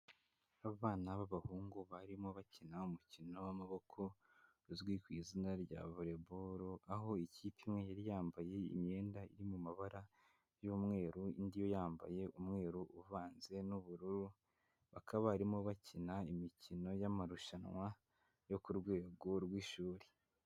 Abana b'abahungu barimo bakina umukino w'amaboko uzwi ku izina rya volley ball, aho ikipe imwe yari yambaye imyenda iri mu mabara y'umweru, indi yo yambaye umweru uvanze n'ubururu, bakaba barimo bakina imikino y'amarushanwa yo ku rwego rw'ishuri.